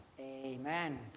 Amen